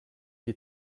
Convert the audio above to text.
die